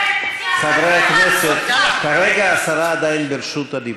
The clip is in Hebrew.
חברי הכנסת, כרגע השרה עדיין ברשות הדיבור.